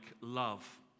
love